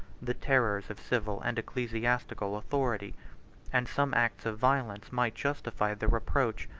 the terrors of civil and ecclesiastical authority and some acts of violence might justify the reproach,